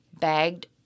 Bagged